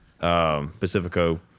Pacifico